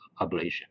ablation